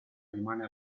rimane